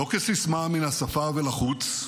לא כסיסמה מן השפה ולחוץ,